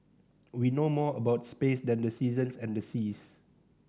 we know more about space than the seasons and the seas